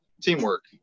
teamwork